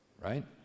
right